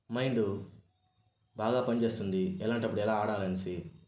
mind బాగా పనిచేస్తుంది ఎలాంటప్పుడు ఎలా ఆడాలి అనేసి